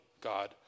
God